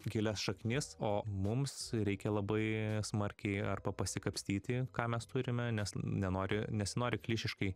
gilias šaknis o mums reikia labai smarkiai arba pasikapstyti ką mes turime nes nenori nesinori krišiškai